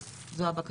אז זו הבקשה.